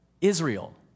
Israel